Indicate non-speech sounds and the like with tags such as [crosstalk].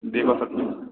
দিয়ে কথা [unintelligible]